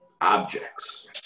Objects